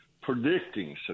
predicting